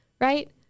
Right